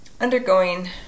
undergoing